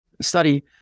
study